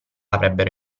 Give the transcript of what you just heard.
avrebbero